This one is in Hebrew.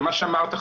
ומה שאמרת,